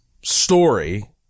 story